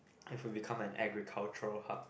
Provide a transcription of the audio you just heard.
if we become an agricultural hub